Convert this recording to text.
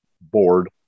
board